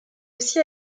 aussi